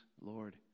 Lord